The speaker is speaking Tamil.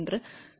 என்று 0